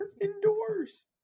indoors